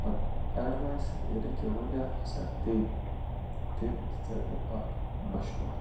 بَٹ advice یعنی کہِ وَنیو ہَسا تٔمۍ تٔمۍ دِژاے مےٚ اکھ مَشوَرٕ